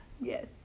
Yes